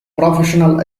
professional